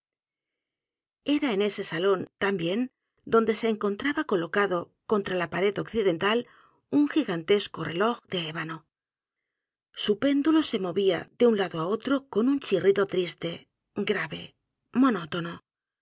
en ese salón también donde se encontraba colocado contra la pared occidental u n gigantesco reloj de ébano su péndulo se movía de un lado á otro con un chirrido triste grave monótono